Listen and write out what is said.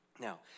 Now